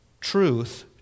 truth